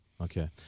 Okay